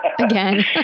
again